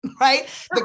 right